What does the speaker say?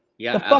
yeah,